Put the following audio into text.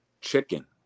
chicken